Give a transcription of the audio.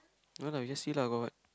no lah you just see lah got what